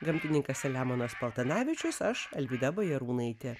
gamtininkas selemonas paltanavičius aš alvyda bajarūnaitė